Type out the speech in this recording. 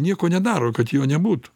nieko nedaro kad jo nebūtų